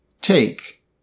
Take